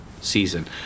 season